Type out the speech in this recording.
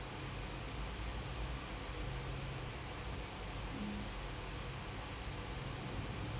mm